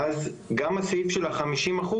ואז גם הסעיף של ה-50%,